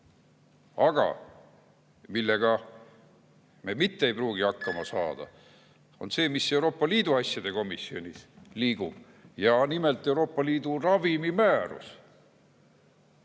Aga millega me ei pruugi mitte hakkama saada, on see, mis Euroopa Liidu asjade komisjonis liigub, nimelt Euroopa Liidu ravimimäärus.